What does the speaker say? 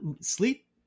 sleep